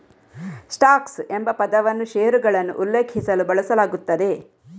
stocks ಎಂಬ ಪದವನ್ನು ಷೇರುಗಳನ್ನು ಉಲ್ಲೇಖಿಸಲು ಬಳಸಲಾಗುತ್ತದೆ